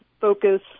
focus